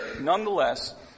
nonetheless